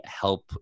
help